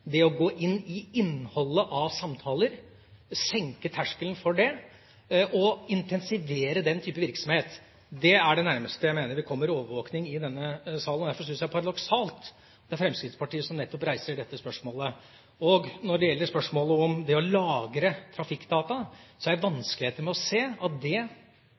Det å gå inn i innholdet av samtaler, senke terskelen for det og intensivere den type virksomhet, mener jeg er det nærmeste vi kommer overvåking i denne salen. Derfor syns jeg det er paradoksalt at det er nettopp Fremskrittspartiet som reiser dette spørsmålet. Når det gjelder spørsmålet om det å lagre trafikkdata, har jeg vanskeligheter med å se at det